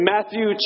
Matthew